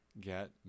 get